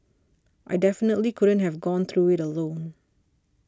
I definitely couldn't have gone through it alone